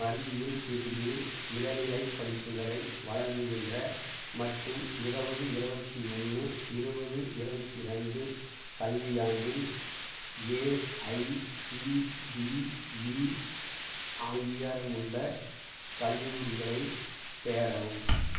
மருந்தியல் பிரிவில் இளநிலைப் படிப்புகளை வழங்குகின்ற மற்றும் இருபது இருபத்தி ஒன்று இருபது இருபத்தி ரெண்டு கல்வியாண்டில் ஏஐசிடிஇ அங்கீகாரமுள்ள கல்லூரிகளைத் தேடவும்